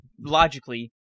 logically